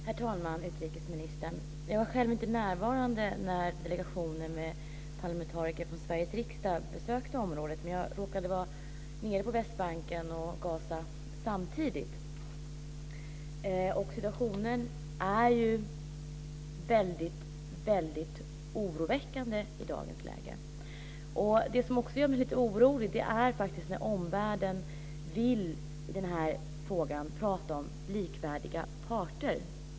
Herr talman! Utrikesministern! Jag var själv inte med när delegationen med parlamentariker från Sveriges riksdag besökte området, men jag råkade samtidigt befinna mig på Västbanken och i Gaza. Situationen är väldigt oroväckande i dag. Det som också gör mig orolig är att omvärlden pratar om likvärdiga parter.